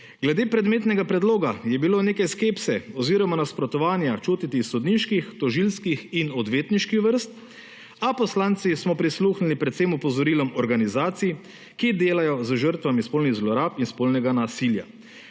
Glede predmetnega predloga je bilo nekaj skepse oziroma nasprotovanja čutiti iz sodniških, tožilskih in odvetniških vrst, a poslanci smo prisluhnili predvsem opozorilom organizacij, ki delajo z žrtvami spolnih zlorab in spolnega nasilja.